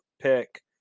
pick